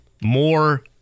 More